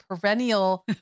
perennial